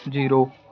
zero